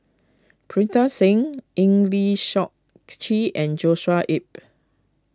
Pritam Singh Eng Lee Seok Chee and Joshua Ip